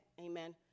amen